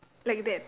like that